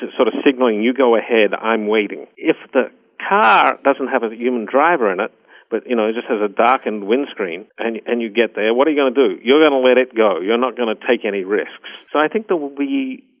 sort of signalling, you go ahead, i'm waiting'. if the car doesn't have a human driver in it but you know just has a darkened windscreen and and you get there, what are you going to do? you're going to let it go, you're not going to take any risks. so i think there will be.